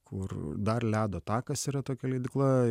kur dar ledo takas yra tokia leidykla